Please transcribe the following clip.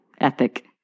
ethic